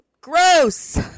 gross